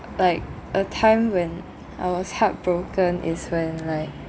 like a time when I was heartbroken is when like